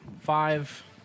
five